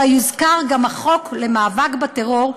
אלא יוזכר גם חוק המאבק בטרור,